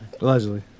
Allegedly